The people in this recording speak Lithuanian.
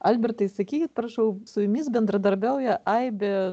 albertai sakykit prašau su jumis bendradarbiauja aibė